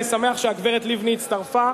אני שמח שהגברת לבני הצטרפה.